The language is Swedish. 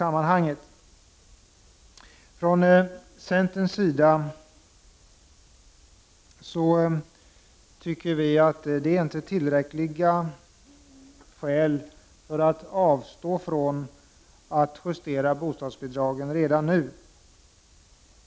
Vi tycker från centerns sida att det inte är tillräckligt skäl för att avstå från att justera bostadsbidragen redan nu.